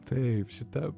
taip šita